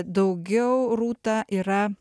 daugiau rūta yra